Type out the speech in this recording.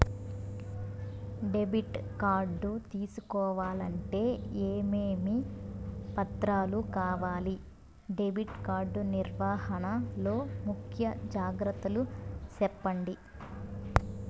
Debit card తీసుకోవాలంటే ఏమేమి పత్రాలు కావాలి? డెబిట్ కార్డు నిర్వహణ లో ముఖ్య జాగ్రత్తలు సెప్పండి?